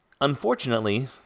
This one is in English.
Unfortunately